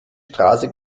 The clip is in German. straße